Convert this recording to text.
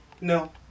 No